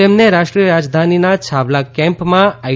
તેમને રાષ્ટ્રીવીય રાજધાનીના છાવલા કેમ્પમાં આઈ